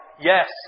yes